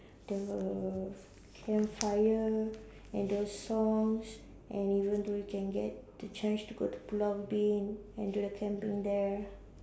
the campfire and the songs and even though you can get the chance to go to Pulau-Ubin and do the camping there